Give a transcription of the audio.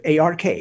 ARK